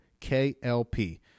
KLP